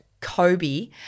Kobe